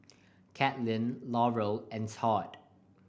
Kathlene Laurel and Tod